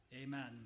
Amen